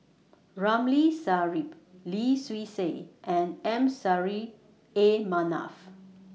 Ramli Sarip Lim Swee Say and M Sari A Manaf